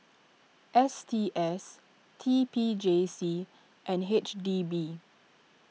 S T S T P J C and H D B